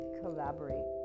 collaborate